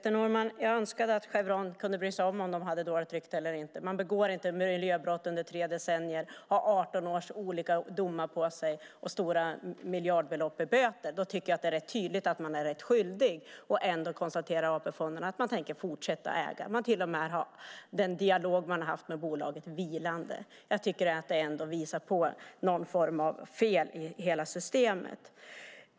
Fru talman! Jag önskar att Chevron brydde sig om huruvida bolaget hade ett dåligt rykte eller inte. Man begår inte miljöbrott under tre decennier, får 18 år av domar mot sig och stora miljardbelopp i böter. Då är det rätt tydligt att man är skyldig. Ändå konstaterar AP-fonderna att de tänker fortsätta att ha ett ägande. Den dialog som de har haft med bolaget är vilande. Det visar på någon form av fel i systemet.